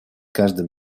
каждым